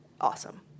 awesome